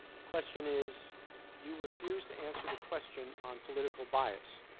the question is you refuse to answer the question on political bias,